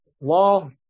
Law